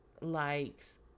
likes